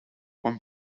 one